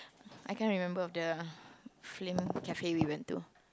I can't remember of the fling cafe we went to